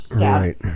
Right